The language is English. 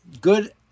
good